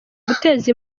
guteza